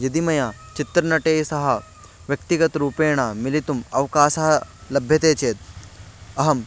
यदि मया चित्रनटेन सह व्यक्तिगतरूपेण मिलितुम् अवक्कशः लभ्यते चेत् अहं